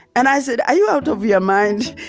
and i said, are you out of your mind?